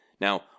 Now